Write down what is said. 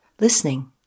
listening